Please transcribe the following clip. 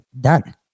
Done